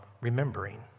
remembering